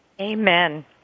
Amen